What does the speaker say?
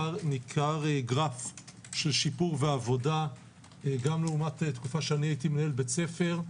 ניכר גרף של שיפור ועבודה גם לעומת תקופה שאני הייתי מנהל בית ספר,